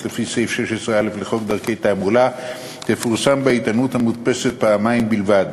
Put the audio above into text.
לפי סעיף 16(א) לחוק דרכי תעמולה תפורסם בעיתונות המודפסת פעמיים בלבד,